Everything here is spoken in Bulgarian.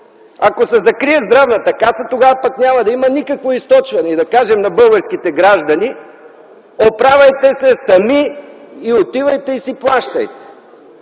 ако се закрие Здравната каса, тогава пък няма да има никакво източване! И да кажем на българските граждани „оправяйте се сами, отивайте и си плащайте”.